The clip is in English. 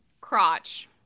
crotch